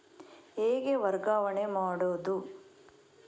ಹೇಗೆ ವರ್ಗಾವಣೆ ಮಾಡುದು?